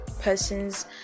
person's